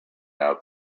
out